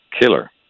killer